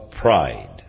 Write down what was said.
pride